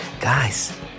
guys